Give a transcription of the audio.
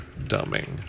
dumbing